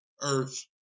earth